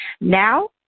Now